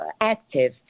active